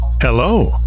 Hello